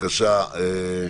התש"ף-2020.